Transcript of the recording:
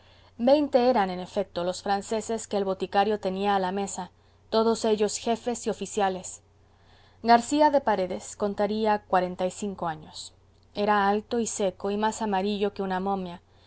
veinte eran en efecto los franceses que el boticario tenía a la mesa todos ellos jefes y oficiales garcía de paredes contaría cuarenta y cinco años era alto y seco y más amarillo que una momia